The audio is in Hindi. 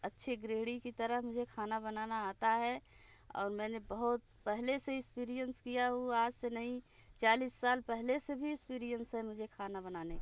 अच्छी गृहिणी की तरह मुझे खाना बनाना आता है और मैंने बहुत पहले से इस्पीरियेंस किया हूँ आज से नहीं चालीस साल पहले से भी इस्पीरियेंस है मुझे खाना बनाने का